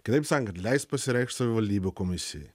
kitaip sakant leist pasireikšti savivaldybių komisijai